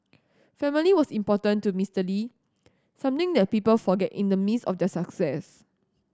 family was important to Mister Lee something that people forget in the midst of their success